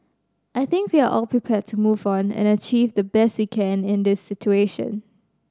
I think we are all prepared to move on and achieve the best we can in this situation